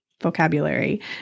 vocabulary